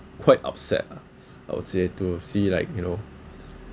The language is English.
quite upset lah I would say to see like you know